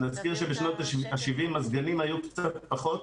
נזכיר שבשנות ה-70' מזגנים היו קצת פחות,